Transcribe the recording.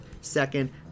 second